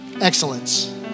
Excellence